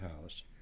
house